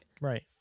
Right